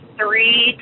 three